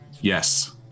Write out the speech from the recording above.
yes